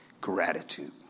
gratitude